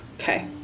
Okay